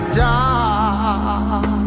dark